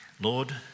Lord